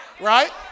Right